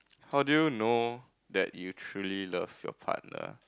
how do you know that you truly love your partner